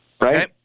right